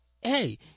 hey